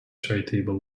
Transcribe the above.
charitable